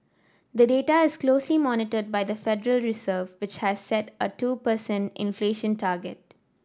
the data is closely monitored by the Federal Reserve which has set a two per cent inflation target